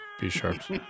B-sharps